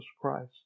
Christ